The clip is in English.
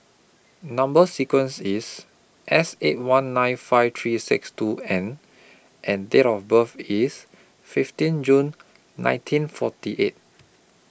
Number sequence IS S eight one nine five three six two N and Date of birth IS fifteen June nineteen forty eight